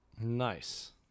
Nice